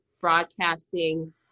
broadcasting